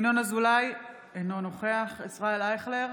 ינון אזולאי, אינו נוכח ישראל אייכלר,